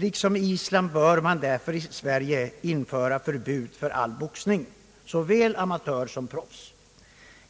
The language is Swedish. Liksom på Island bör vi därför även i Sverige införa förbud för all boxning, såväl amatörsom proffsboxning.